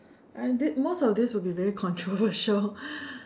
I did most of this will be very controversial